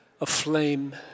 aflame